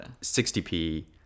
60p